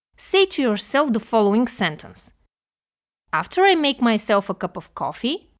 say to yourself the following sentence after i make myself a cup of coffee,